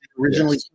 originally